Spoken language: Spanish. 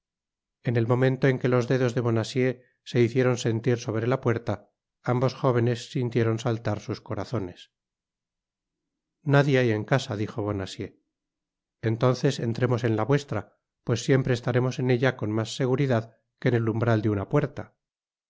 en el momento en que los dedos de bonacieux se hicieron sentir sobre la puerta ambos jóvenes sintieron saltar sus corazones nadie hay en casa dijo bonacieux entonces entremos en la vuestra pues siempre estaremos en ella con mas seguridad que en el umbral de una puerta